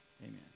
Amen